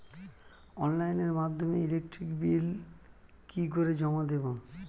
অনলাইনের মাধ্যমে electric bill কি করে জমা দেবো?